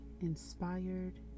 inspired